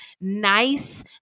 nice